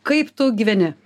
kaip tu gyveni